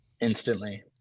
instantly